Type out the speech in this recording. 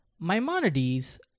Maimonides